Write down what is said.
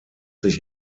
sich